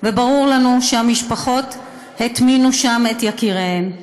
וברור לנו שהמשפחות הטמינו שם את יקיריהן.